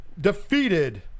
defeated